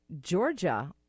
georgia